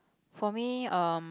for me um